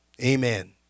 amen